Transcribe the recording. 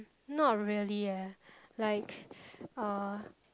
not really eh like uh